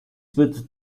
wird